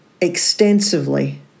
extensively